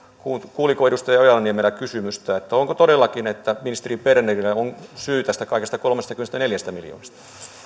kuuliko edustaja ojala niemelä kysymystä onko todellakin niin että ministeri bernerillä on syy tästä kaikesta kolmestakymmenestäneljästä miljoonasta